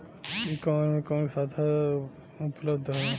ई कॉमर्स में कवन कवन साधन उपलब्ध ह?